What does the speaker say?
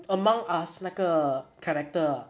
among us 那个 character